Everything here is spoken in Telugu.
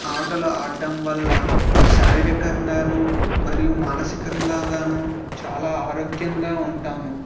ఆటలు ఆడడం వల్ల శారీరకంగా మరియు మానసికంగా చాలా ఆరోగ్యంగా ఉంటాము